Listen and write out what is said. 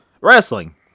wrestling